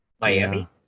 Miami